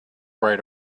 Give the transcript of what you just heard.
right